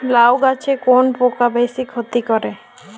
লাউ গাছে কোন পোকা বেশি ক্ষতি করে?